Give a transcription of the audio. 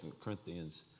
Corinthians